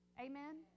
Amen